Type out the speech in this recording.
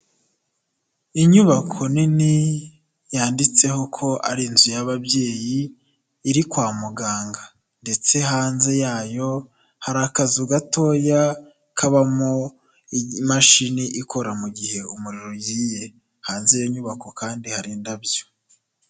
Inyubako nini yanditseho ko ari inzu y'ababyeyi iri kwa muganga ndetse hanze yayo hari akazu gatoya kabamo imashini ikora mu gihe umuriro ugiye, hanze y'inyubako kandi hari indabyo.